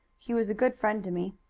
he was a good friend to me.